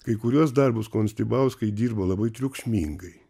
kai kuriuos darbus konstibauskai dirba labai triukšmingai